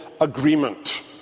agreement